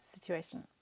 situation